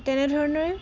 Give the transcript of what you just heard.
তেনেধৰণৰে